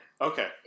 Okay